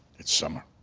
it's summer.